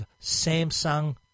Samsung